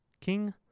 King